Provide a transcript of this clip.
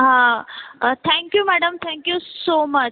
हा thank you madam thank you so much